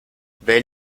wer